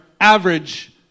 average